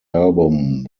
album